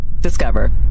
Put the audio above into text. Discover